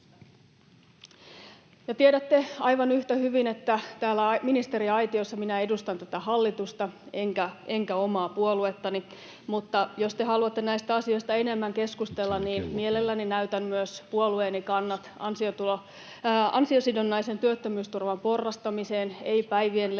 tiedätte aivan yhtä hyvin, että täällä ministeriaitiossa minä edustan tätä hallitusta enkä omaa puoluettani, mutta jos te haluatte näistä asioista enemmän keskustella, niin mielelläni näytän myös puolueeni kannat ansiosidonnaisen työttömyysturvan porrastamiseen, ei päivien